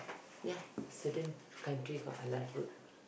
ya certain country got a lot food